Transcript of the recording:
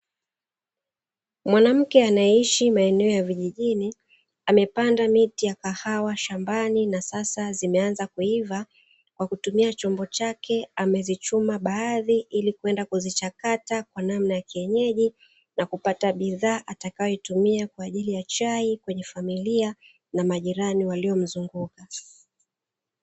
Mwanamke anayeishi maeneo ya vijijini, amepanda miti ya kahawa shambani na sasa zimeanza kuiva. Kwa kutumia chombo chake amezichuma baadhi ili kwenda kuzichakata kwa namna ya kienyeji na kupata bidhaa atakayoitumia kwa ajili ya chai kwenye familia na majirani waliomzunguka.